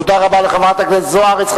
תודה רבה לחברת הכנסת זוארץ.